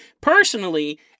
Personally